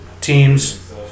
teams